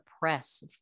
press